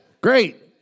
Great